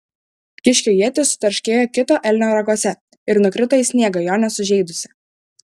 kiškio ietis sutarškėjo kito elnio raguose ir nukrito į sniegą jo nesužeidusi